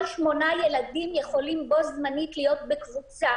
8 ילדים יכולים להיות בו זמנית בקבוצה.